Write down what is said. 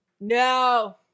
no